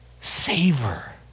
savor